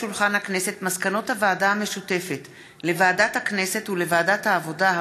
מסקנות הוועדה המשותפת לוועדת הכנסת ולוועדת העבודה,